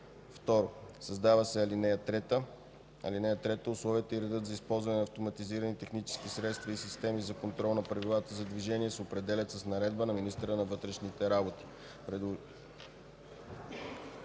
2. Създава се ал. 3: “(3) Условията и редът за използване на автоматизирани технически средства и системи за контрол на правилата за движение се определят с наредба на министъра на вътрешните работи.”